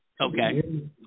Okay